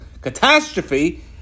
catastrophe